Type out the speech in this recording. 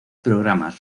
programas